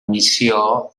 missió